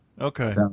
Okay